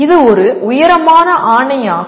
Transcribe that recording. இது ஒரு உயரமான ஆணை ஆகும்